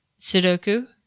Sudoku